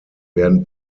werden